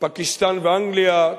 פקיסטן ואנגליה.